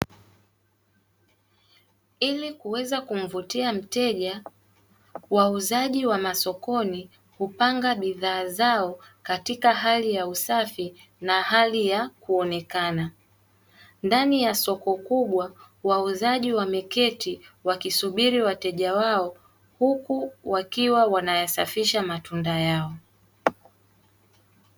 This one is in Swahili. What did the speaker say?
Ili kuweza kumvutia mteja, wauzaji wa masokoni hupanga bidhaa zao katika hali ya usafi na hali ya kuonekana. Ndani ya soko kubwa wauzaji wameketi wakisubiri wateja wao, huku wakiwa wanayasafisha matunda yao.